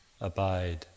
abide